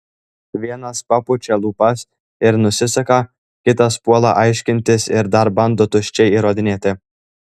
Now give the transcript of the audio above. vienas papučia lūpas ir nusisuka kitas puola aiškintis ir dar bando tuščiai įrodinėti